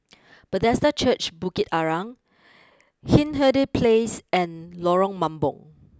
Bethesda Church Bukit Arang Hindhede place and Lorong Mambong